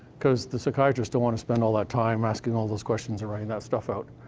because the psychiatrists don't want to spend all that time asking all those questions or writing that stuff out.